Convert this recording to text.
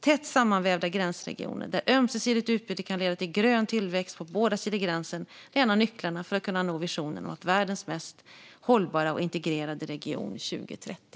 Tätt sammanvävda gränsregioner, där ömsesidigt utbyte kan leda till grön tillväxt på båda sidor om gränsen, är en av nycklarna för att kunna nå visionen om att vara världens mest hållbara och integrerade region 2030.